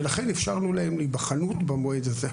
ולכן אפשרנו להם להיבחן במועד הזה.